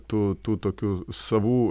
tų tų tokių savų